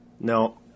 No